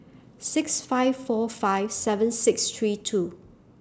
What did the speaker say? six five four five seven six three two